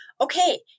okay